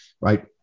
Right